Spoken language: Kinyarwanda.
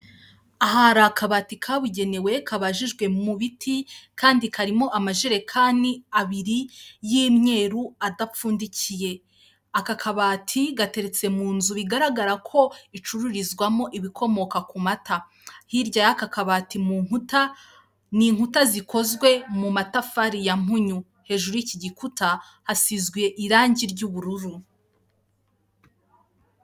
Aha hari akabati kabugenewe kabajijwe mu biti kandi karimo amajerekani abiri y'imyeru adapfundikiye. Aka kabati gateretse mu nzu bigaragara ko icururizwamo ibikomoka ku mata. Hirya y'aka kabati mu nkuta n inkuta zikozwe mu matafari ya mpunyu, hejuru y'iki gikuta hasizwe irangi ry'ubururu.